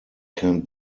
can